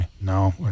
No